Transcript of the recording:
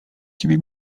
ciebie